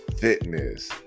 fitness